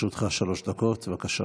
לרשותך שלוש דקות, בבקשה.